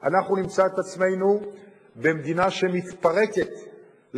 וגם האינדיקציה, היא לא מספיקה להיות